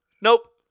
Nope